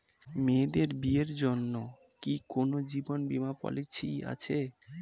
মেয়েদের বিয়ের জন্য কি কোন জীবন বিমা পলিছি আছে?